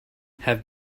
have